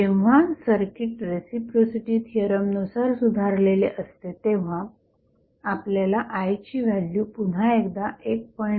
आता जेव्हा circuit reciprocity theorem नुसार सुधारलेले असते तेव्हा आपल्याला I ची व्हॅल्यू पुन्हा एकदा 1